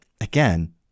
again